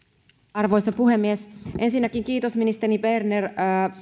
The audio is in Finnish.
arvoisa puhemies ensinnäkin kiitos ministeri berner